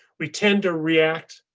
we tend to react.